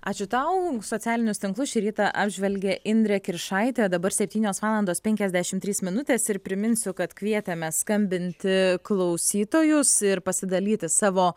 ačiū tau socialinius tinklus šį rytą apžvelgė indrė kiršaitė dabar septynios valandos penkiasdešim trys minutės ir priminsiu kad kvietėme skambinti klausytojus ir pasidalyti savo